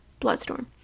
bloodstorm